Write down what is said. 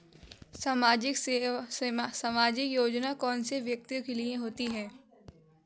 सामाजिक योजना कौन से व्यक्तियों के लिए होती है?